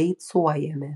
beicuojami